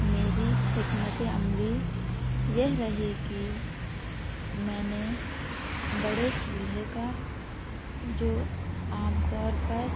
میری حکمت عملی یہ رہی کہ میں نے بڑے چولہے کا جو عام طور پر